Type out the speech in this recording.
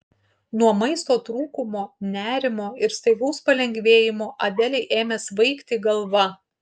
nuo maisto trūkumo nerimo ir staigaus palengvėjimo adelei ėmė svaigti galva